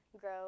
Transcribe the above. grow